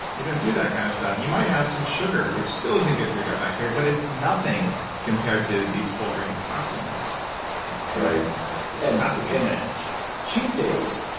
you don't do that kind of stuff. you might have some sugar, which is still isn't good for your gut bacteria, but it's nothing compared to these whole grain toxins right this has has to be said cheat days,